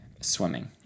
Swimming